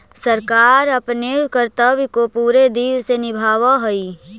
सरकार अपने कर्तव्य को पूरे दिल से निभावअ हई